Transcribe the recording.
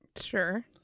Sure